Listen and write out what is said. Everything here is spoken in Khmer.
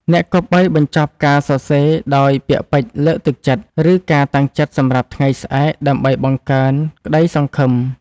អ្នកគប្បីបញ្ចប់ការសរសេរដោយពាក្យពេចន៍លើកទឹកចិត្ត ឬការតាំងចិត្តសម្រាប់ថ្ងៃស្អែក ដើម្បីបង្កើនក្ដីសង្ឃឹម។